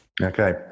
Okay